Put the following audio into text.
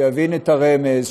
שיבין את הרמז,